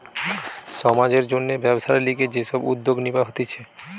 সমাজের জন্যে ব্যবসার লিগে যে সব উদ্যোগ নিবা হতিছে